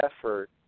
effort